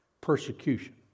persecution